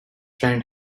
friend